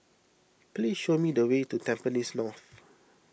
please show me the way to Tampines North